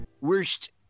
Worst